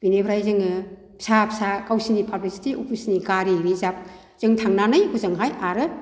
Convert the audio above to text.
बेनिफ्राय जोङो फिसा फिसा गावसिनि पाब्लिसिटि अफिसनि गारि रिजाबजों थांनानै हजोंहाय आरो